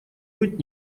быть